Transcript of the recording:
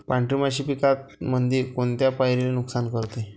पांढरी माशी पिकामंदी कोनत्या पायरीले नुकसान करते?